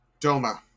Doma